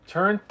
Turn